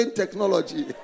technology